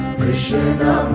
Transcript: Krishna